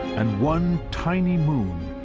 and one tiny moon,